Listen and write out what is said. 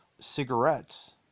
Cigarettes